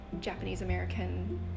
Japanese-American